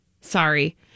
sorry